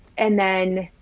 and then